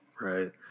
Right